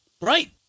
Right